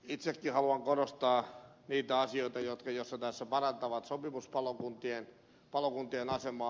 itsekin haluan korostaa niitä asioita jotka tässä parantavat sopimuspalokuntien asemaa